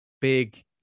big